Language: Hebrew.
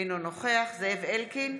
אינו נוכח זאב אלקין,